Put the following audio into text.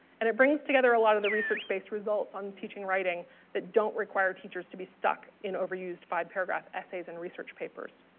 and it brings together a lot of the research-based results on teaching writing that don't require teachers to be stuck in overused five paragraph essays and research papers.